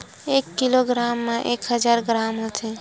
एक किलोग्राम मा एक हजार ग्राम होथे